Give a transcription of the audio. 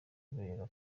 kubera